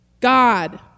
God